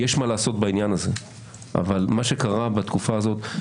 יש מה לעשות בעניין הזה אבל מה שקרה בתקופה הזאת,